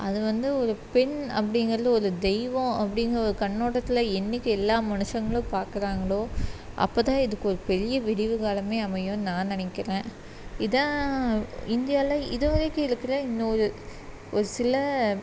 அது வந்து ஒரு பெண் அப்படிங்கிறது ஒரு தெய்வம் அப்படிங்கிற ஒரு கண்ணோட்டத்தில் என்னைக்கு எல்லா மனுஷங்களும் பார்க்குறாங்களோ அப்போ தான் இதுக்கு ஒரு பெரிய விடிவு காலமே அமையும்னு நான் நினைக்கிறேன் இதான் இந்தியாவில் இது வரைக்கும் இருக்குற இன்னொரு ஒரு சில